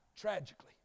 tragically